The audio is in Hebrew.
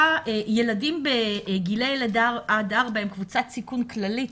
ילדים בגיל לידה עד ארבע הם קבוצת סיכון כללית,